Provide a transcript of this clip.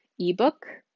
ebook